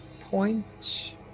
point